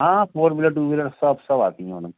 हाँ हाँ four wheeler two wheeler सब सब आती हैं मैडम